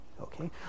Okay